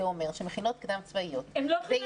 זה אומר לגבי מכינות קדם צבאיות וישיבות.